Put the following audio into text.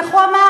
איך הוא אמר?